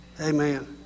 Amen